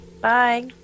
Bye